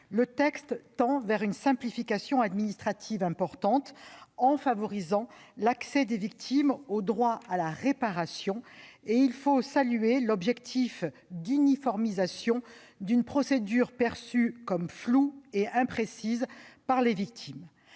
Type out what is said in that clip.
Le texte tend vers une simplification administrative importante, en favorisant l'accès des victimes au droit à la réparation. Il faut saluer l'objectif d'uniformisation d'une procédure perçue comme floue et imprécise par les victimes.